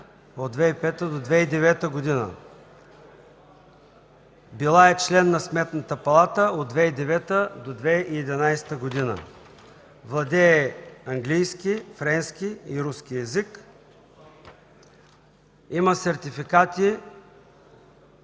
от 2005 г. до 2009 г. Била е член на Сметната палата от 2009 г. до 2011 г. Владее английски, френски и руски език. Има сертификати: